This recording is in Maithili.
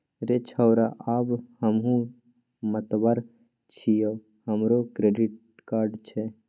रे छौड़ा आब हमहुँ मातबर छियै हमरो क्रेडिट कार्ड छै